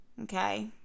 Okay